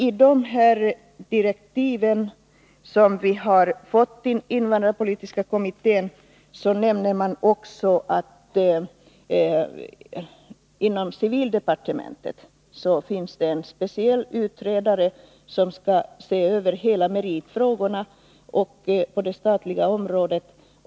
I de direktiv som invandrarpolitiska kommittén har fått nämns att det inom civildepartementet finns en speciell utredare som skall se över meritfrågan på det statliga området.